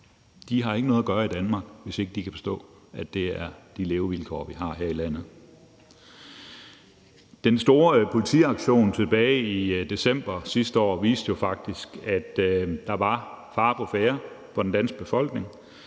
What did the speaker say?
De har ikke noget at gøre i Danmark, hvis de ikke kan forstå, at det er de levevilkår vi har her i landet. Den store politiaktion tilbage i december sidste år viste jo faktisk, at der var fare på færde for den danske befolkning.